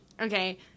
okay